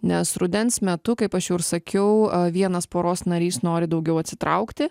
nes rudens metu kaip aš jau ir sakiau a vienas poros narys nori daugiau atsitraukti